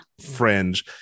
fringe